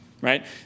right